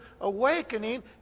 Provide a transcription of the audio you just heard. awakening